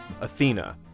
Athena